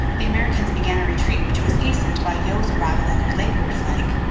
the americans began a retreat which was hastened by yeo's arrival on their lakeward flank,